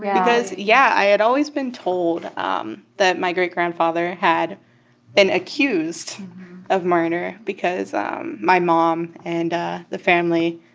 yeah because yeah. i had always been told um that my great-grandfather had been accused of murder because um my mom and the family,